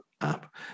app